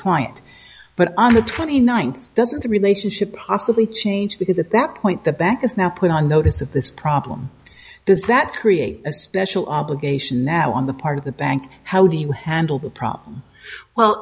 client but on the twenty ninth doesn't the relationship possibly change because at that point the bank is now put on notice that this problem does that create a special obligation now on the part of the bank how do you handle the problem well